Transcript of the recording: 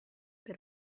per